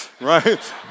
right